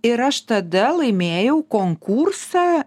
ir aš tada laimėjau konkursą